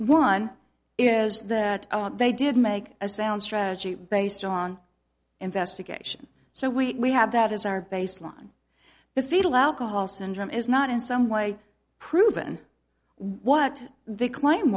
one is that they did make a sound strategy based on investigation so we have that as our baseline the fetal alcohol syndrome is not in some way proven what they claim